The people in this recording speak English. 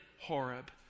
Horeb